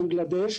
בנגלדש,